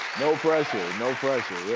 no pressure, no pressure, yeah.